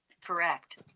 Correct